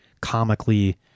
comically